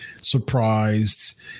surprised